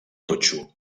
totxo